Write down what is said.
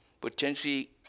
potentially